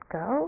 go